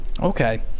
Okay